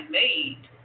made